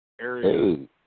area